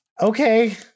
Okay